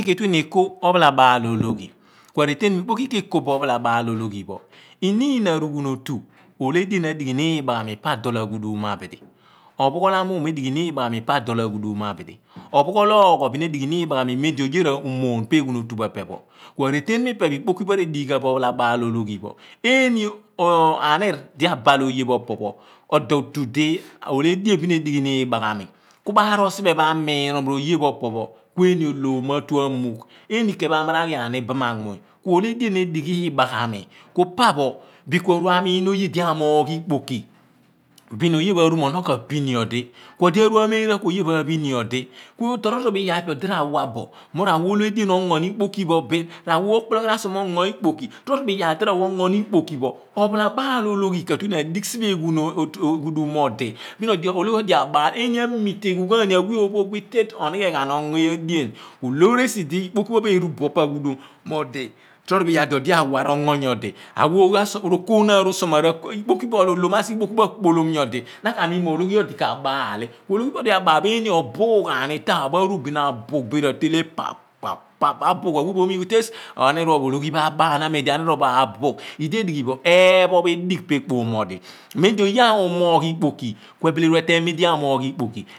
Ikpoki ke tue ni ekoh ophala baal ologhi ku areten pho ikpoki ke tue bo ekoh ophala baal ologhi, iniin arughunotu, edien ohle edighi ni iibaghami pa adol aghudum abidi ophughol amuum edighini iibaghami pa adol aghudum mo ab idi ophughol ooghor edighi ni ibaghami mem oye u/ moon siphe eghunotu epe pho ku areten pho epe pho ikpoki ke tue bo ekoh bo ophalabaal ologhi eeni ahnir di abal oye pho opo pho. odo otu di elo ohie bin wdighi ni iibaghami ku ma arol siphe pho amunom r' oye pho opo pho ku eeni ohiom mo atu amugh, ii ni ken ni ma amar aghian ni ibami anmunuy ku ohle edien edighi iibaghami ku pa pho bin ku aani amiin oye di aamoogh ikpoki bin oye pho aani mo ono ka pin nyodi ku odi aaru ameera ku oye pho aphin nyodi ku toro torọ bo iyaar pho epe odi ra wa bo, mo ra wa ohle edien, ongo ni ikpoki pho bin, ra wa okpologhian asuo ma, onyo ikpoki, torobo iyaar di ra wa, ongo ni ikpoki pho bin, ophalabaal ologhi ka tue ni adigh siphe eghanotu aghudum mo odi bin ologhi odi abaal, bin ghalamo na umitegho ghan ni awe ophogh bin tieh, o/nighe ghan ongo edien ku loor esi di ikpoki pho me eru bo pa aghudum mo odi, kor obo iyaar di ra wa, ongo nyodi, ra wa oogho asuoma okooghinaan, rusuoma, olom mo asighe ikpoki pho akpolom nyodi na ka miin mo ologhi odi ka baal li ologhi pho odi abaal bi ghalamo amiteyhu ghan ni bin taah ma aru bin abugh bin ra tele paph paph paph ma bugh awe mu mugh mo tiesh. anir pho olughi m' abaal bin anir pho m' abugh idi edighi bo eepho me digh pa ekpom odi. mem lo oye u/ moogh ikpoki ku abile aaru amoogh ikpoki